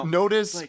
notice